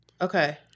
Okay